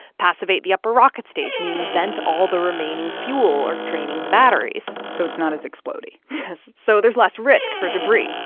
passivate the upper rocket stage meaning vent all the remaining fuel or draining the batteries so it's not as explode-y yes. so there's less risk for debris.